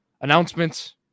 Announcements